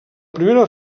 primera